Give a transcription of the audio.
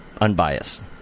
unbiased